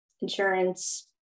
insurance